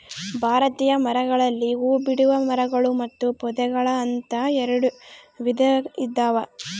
ಭಾರತೀಯ ಮರಗಳಲ್ಲಿ ಹೂಬಿಡುವ ಮರಗಳು ಮತ್ತು ಪೊದೆಗಳು ಅಂತ ಎರೆಡು ವಿಧ ಇದಾವ